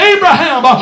Abraham